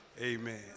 amen